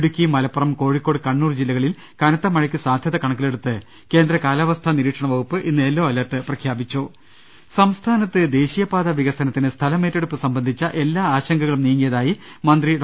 ഇടുക്കി മലപ്പുറം കോഴിക്കോട് കണ്ണൂർ ജില്ലകളിൽ കനത്ത മഴയ്ക്ക് സാധ്യത കണക്കിലെടുത്ത് കേന്ദ്ര കാലാവസ്ഥാ നിരീക്ഷണ വകുപ്പ് ഇന്ന് യെല്ലോ അലർട്ട് പ്രഖ്യാപി ച്ചും ് സംസ്ഥാനത്ത് ദേശീയപാത വികസനത്തിന് സ്ഥലമേറ്റെടുപ്പ് സംബന്ധിച്ച് എല്ലാ ആശങ്കകളും നീങ്ങിയതായി മന്ത്രി ഡോ